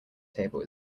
table